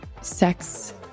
sex